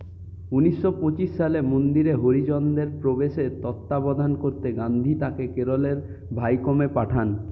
ঊনিশ পঁচিশ সালে মন্দিরে হরিজনদের প্রবেশের তত্ত্বাবধান করতে গান্ধী তাঁকে কেরলের ভাইকোমে পাঠান